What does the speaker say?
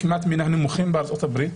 מן הנמוכים בארצות-הברית,